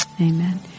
Amen